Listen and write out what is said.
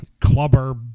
clubber